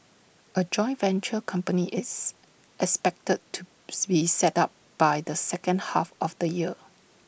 A joint venture company is expected to be set up by the second half of the year